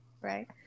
Right